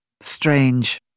strange